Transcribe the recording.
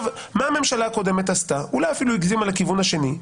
הממשלה הקודמת אולי אפילו הגזימה לכיוון השני.